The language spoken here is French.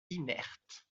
inerte